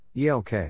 ELK